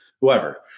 whoever